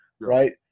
right